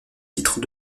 titres